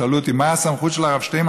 שאלו אותי: מה הסמכות של הרב שטינמן?